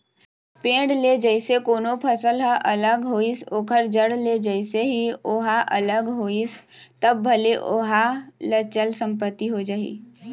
पेड़ ले जइसे कोनो फसल ह अलग होइस ओखर जड़ ले जइसे ही ओहा अलग होइस तब भले ओहा चल संपत्ति हो जाही